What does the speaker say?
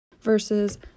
versus